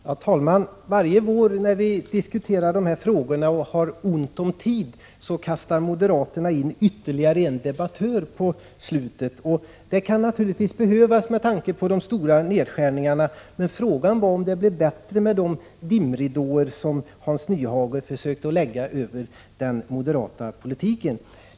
Herr talman! Varje vår när vi diskuterar dessa frågor och har ont om tid kastar moderaterna in ytterligare en debattör på slutet. Det kan naturligtvis behövas med tanke på de stora nedskärningarna, men frågan är om det blir bättre med de dimridåer som Hans Nyhage försöker lägga över den moderata politiken.